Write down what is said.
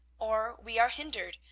or we are hindered,